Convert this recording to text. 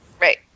Right